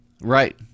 Right